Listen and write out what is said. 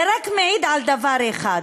זה רק מעיד על דבר אחד,